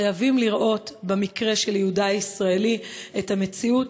חייבים לראות במקרה של יהודה הישראלי מציאות,